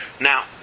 Now